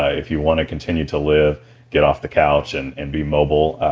ah if you want to continue to live get off the couch and and be mobile,